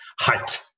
height